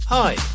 Hi